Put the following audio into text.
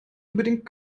unbedingt